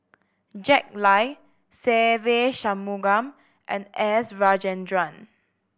Jack Lai Se Ve Shanmugam and S Rajendran